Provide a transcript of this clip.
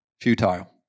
futile